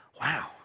wow